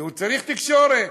כי הוא צריך תקשורת.